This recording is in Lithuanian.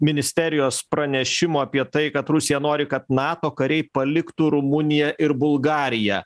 ministerijos pranešimo apie tai kad rusija nori kad nato kariai paliktų rumuniją ir bulgariją